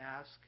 ask